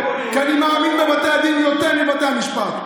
כי אני מאמין בבתי הדין יותר מבתי המשפט.